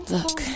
Look